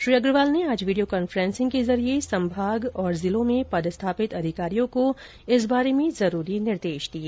श्री अग्रवाल ने आज video conferencing के जरिये संभाग और जिलों में पदस्थापित अधिकारियों को इस बारे में जरूरी निर्देश दिए